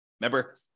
Remember